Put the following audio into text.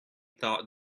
thought